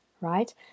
right